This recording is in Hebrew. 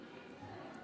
אבל רציתי להתייחס לדבריו.